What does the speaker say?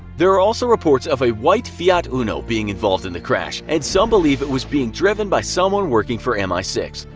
there are also reports of a white fiat uno being involved in the crash, and some believe it was being driven by someone working for m i six.